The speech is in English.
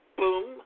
boom